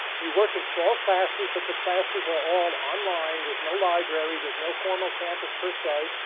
you work in small classes, but the classes are all online. there's no library. there's no formal campus, per se.